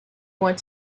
want